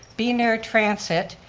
be near transit,